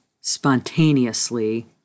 spontaneously